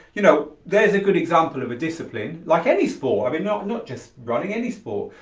you know there's a good example of a discipline, like any sport i mean not not just running, any sport.